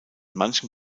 manchen